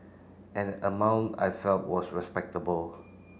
an amount I felt was respectable